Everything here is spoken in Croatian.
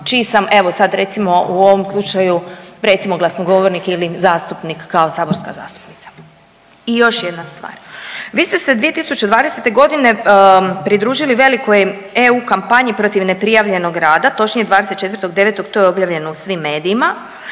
čiji sam evo sada recimo u ovom slučaju recimo glasnogovornik ili zastupnik kao saborska zastupnica. I još jedna stvar. Vi ste se 2020. godine pridružili velikoj EU kampanji protiv neprijavljenog rada, točnije 24. 09. to je objavljeno u svim medijima